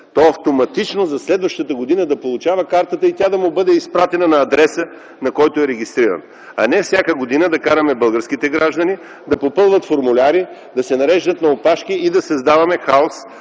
то автоматично за следващата година да получава картата и тя да му бъде изпратена на адреса, на който е регистрирано, а не всяка година да караме българските граждани да попълват формуляри, да се нареждат на опашки и да създаваме хаос